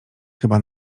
chyba